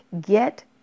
Get